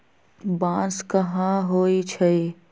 बांस कहाँ होई छई